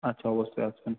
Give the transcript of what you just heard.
আচ্ছা অবশ্যই আসবেন